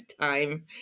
time